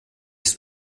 ist